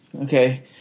okay